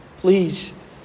Please